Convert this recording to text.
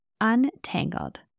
Untangled